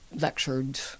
lectured